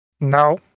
No